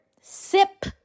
sip